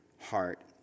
heart